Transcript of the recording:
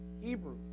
Hebrews